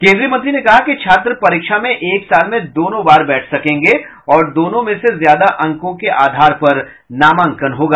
केंद्रीय मंत्री ने कहा कि छात्र परीक्षा में एक साल में दोनों बार बैठ सकेंगे और दोनों में से ज्यादा अंकों के आधार पर नामांकन होगा